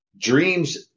dreams